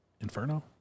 Inferno